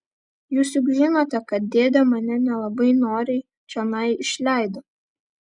jūs juk žinote kad dėdė mane nelabai noriai čionai išleido